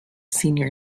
senior